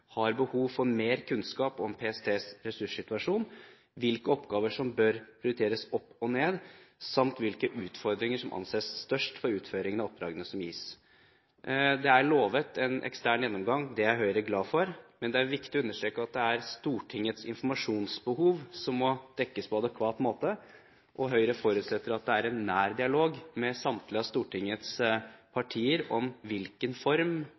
har behov for mer kunnskap om PSTs ressurssituasjon, hvilke oppgaver som bør prioriteres opp og ned, samt hvilke utfordringer som anses størst for utføringen av oppdragene som gis. Det er lovet en ekstern gjennomgang. Det er Høyre glad for, men det er viktig å understreke at det er Stortingets informasjonsbehov som må dekkes på adekvat måte. Høyre forutsetter at det er en nær dialog med samtlige av Stortingets partier om hvilken form